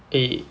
eh